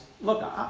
look